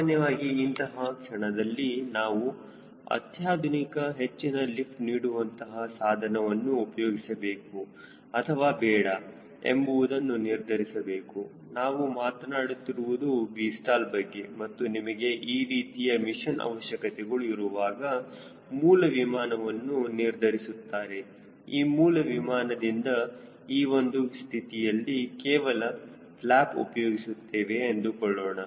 ಸಾಮಾನ್ಯವಾಗಿ ಇಂತಹ ಕ್ಷಣದಲ್ಲಿ ನಾವು ಅತ್ಯಾಧುನಿಕ ಹೆಚ್ಚಿನ ಲಿಫ್ಟ್ ನೀಡುವಂತಹ ಸಾಧನವನ್ನು ಉಪಯೋಗಿಸಬೇಕು ಅಥವಾ ಬೇಡ ಎಂಬುವುದನ್ನು ನಿರ್ಧರಿಸಬೇಕು ನಾವು ಮಾತನಾಡುತ್ತಿರುವುದು Vstall ಬಗ್ಗೆ ಮತ್ತು ನಿಮಗೆ ಈ ರೀತಿಯ ಮಿಷನ್ ಅವಶ್ಯಕತೆಗಳು ಇರುವಾಗ ಮೂಲ ವಿಮಾನವನ್ನು ನಿರ್ಧರಿಸಿರುತ್ತಾರೆ ಆ ಮೂಲ ವಿಮಾನದಿಂದ ಈ ಒಂದು ಸ್ಥಿತಿಯಲ್ಲಿ ಕೇವಲ ಫ್ಲ್ಯಾಪ್ ಉಪಯೋಗಿಸುತ್ತೇವೆ ಎಂದುಕೊಳ್ಳೋಣ